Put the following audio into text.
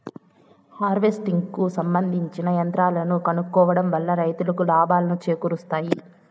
harvesting కు సంబందించిన యంత్రాలను కొనుక్కోవడం వల్ల రైతులకు లాభాలను చేకూరుస్తాయి